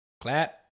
Clap